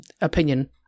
opinion